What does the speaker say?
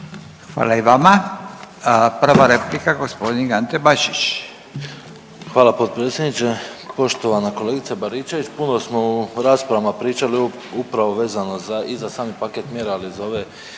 Hvala i vama. Prva replika, gospodin Ante Bačić. **Bačić, Ante (HDZ)** Hvala potpredsjedniče. Poštovana kolegice Baričević, puno smo u raspravama pričali upravo vezano za i za sami paket mjera, ali i za ove